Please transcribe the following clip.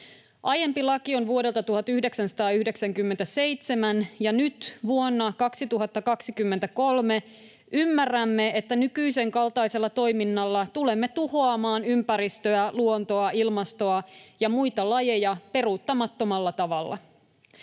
Aiempi laki on vuodelta 1997, ja nyt vuonna 2023 ymmärrämme, että nykyisen kaltaisella toiminnalla tulemme tuhoamaan ympäristöä, luontoa, ilmastoa ja muita lajeja peruuttamattomalla tavalla.